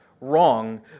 wrong